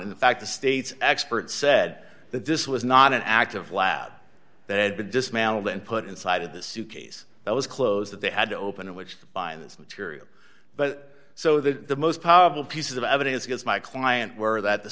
on in fact the state's expert said that this was not an act of lab that had been dismantled and put inside of the suitcase that was closed that they had to open it which by this material but so the most powerful piece of evidence against my client were that the